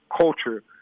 culture